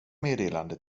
meddelande